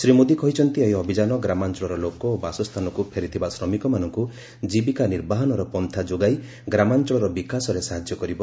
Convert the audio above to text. ଶ୍ରୀ ମୋଦି କହିଛନ୍ତି ଏହି ଅଭିଯାନ ଗ୍ରାମାଞ୍ଚଳର ଲୋକ ଓ ବାସସ୍ଥାନକୁ ଫେରିଥିବା ଶ୍ରମିକ ମାନଙ୍କୁ ଜୀବିକା ନିର୍ବାହନର ପନ୍ଥା ଯୋଗାଇ ଗ୍ରାମାଞ୍ଚଳର ବିକାଶରେ ସାହାଯ୍ୟ କରିବ